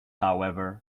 however